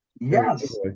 Yes